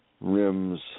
rims